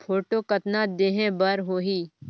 Photo कतना देहें बर होहि?